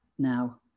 now